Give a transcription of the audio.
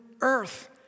earth